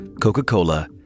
Coca-Cola